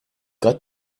got